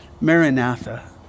Maranatha